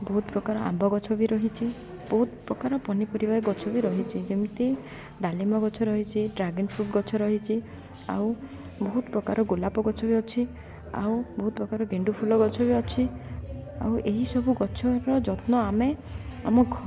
ବହୁତ ପ୍ରକାର ଆମ୍ବ ଗଛ ବି ରହିଛି ବହୁତ ପ୍ରକାର ପନିପରିବା ଗଛ ବି ରହିଛି ଯେମିତି ଡାଳିମ୍ବ ଗଛ ରହିଛି ଡ୍ରାଗନ ଫ୍ରୁଟ୍ ଗଛ ରହିଛି ଆଉ ବହୁତ ପ୍ରକାର ଗୋଲାପ ଗଛ ବି ଅଛି ଆଉ ବହୁତ ପ୍ରକାର ଗେଣ୍ଡୁ ଫୁଲ ଗଛ ବି ଅଛି ଆଉ ଏହିସବୁ ଗଛର ଯତ୍ନ ଆମେ ଆମ